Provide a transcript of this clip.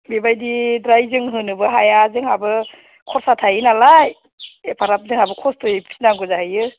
बेबाइदिद्राय जों होनोबो हाया जोंहाबो खर्सा थायो नालाय एफाग्राब जोंहाबो खस्थ'यै फिनांगौ जाहैयो